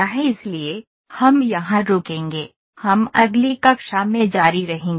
इसलिए हम यहां रुकेंगे हम अगली कक्षा में जारी रहेंगे